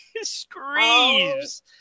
screams